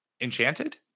Enchanted